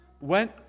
went